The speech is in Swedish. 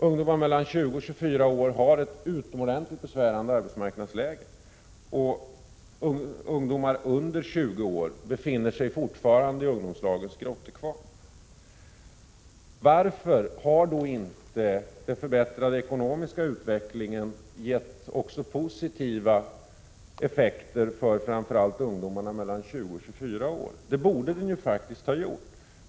Ungdomar mellan 20 och 24 år har ett utomordentligt besvärande arbetsmarknadsläge, och ungdomar under 20 år befinner sig fortfarande i ungdomslagens grottekvarn. Varför har då inte den förbättrade ekonomiska utvecklingen gett positiva effekter också för framför allt ungdomarna mellan 20 och 24 år? Det borde den ju faktiskt ha gjort.